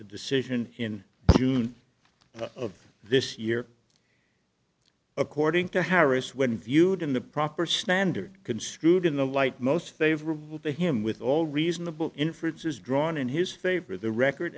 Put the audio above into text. decision in june of this year according to harris when viewed in the proper standard construed in the light most favorable to him with all reasonable inferences drawn in his favor the record